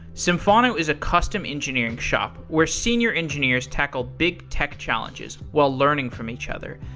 symphono is a custom engineering shop where senior engineers tackle big tech challenges while learning from each other.